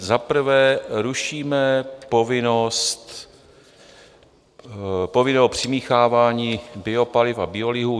Za prvé rušíme povinnost povinného přimíchávání biopaliv a biolihu.